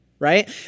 Right